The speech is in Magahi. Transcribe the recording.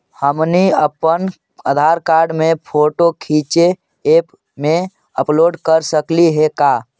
हमनी अप्पन आधार कार्ड के फोटो सीधे ऐप में अपलोड कर सकली हे का?